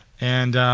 and,